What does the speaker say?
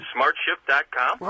SmartShip.com